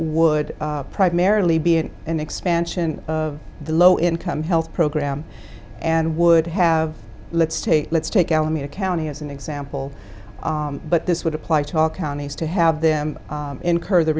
would primarily be in an expansion of the low income health program and would have let state let's take alameda county as an example but this would apply to all counties to have them incur the